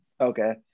okay